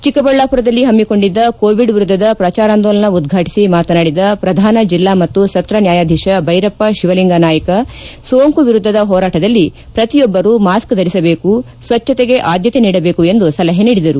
ಚಿಕ್ಕಬಳ್ಳಾಪುರದಲ್ಲಿ ಪಮ್ಸಿಕೊಂಡಿದ್ದ ಕೋವಿಡ್ ವಿರುದ್ದದ ಪ್ರಚಾರಾಂದೋಲನಾ ಉದ್ವಾಟಿಸಿ ಮಾತನಾಡಿದ ಪ್ರಧಾನ ಜಿಲ್ಲಾ ಮತ್ತು ಸತ್ತ ನ್ಯಾಯಧೀತ ಭೈರಪ್ಪ ಶಿವಲಿಂಗ ನಾಯಿಕ ಸೋಂಕು ವಿರುದ್ದದ ಹೋರಾಟದಲ್ಲಿ ಪ್ರತಿಯೊಬ್ಬರು ಮಾಸ್ಕ್ ಧರಿಸಬೇಕು ಸ್ವಚ್ದತೆಗೆ ಆದ್ದತೆ ನೀಡಬೇಕು ಎಂದು ಸಲಹೆ ನೀಡಿದರು